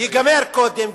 ייגמר קודם,